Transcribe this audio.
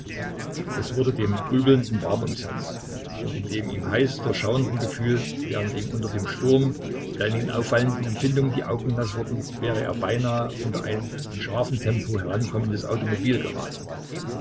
es wurde dem grübelnden warm ums herz und in dem ihn heiß durchschauernden gefühl während ihm unter dem sturm der in ihm aufwallenden empfindungen die augen naß wurden wäre er beinahe unter ein in scharfem tempo herankommendes automobil geraten